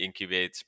incubates